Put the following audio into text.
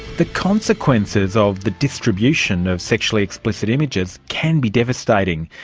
the consequences of the distribution of sexually explicit images can be devastating,